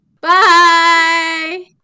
Bye